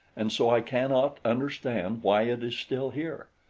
and so i cannot understand why it is still here.